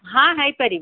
ହଁ ହେଇପାରିବ